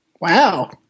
Wow